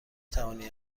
توانی